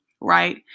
right